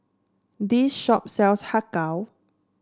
this shop sells Har Kow